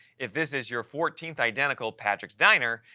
if this is your fourteenth identical patrick's diner,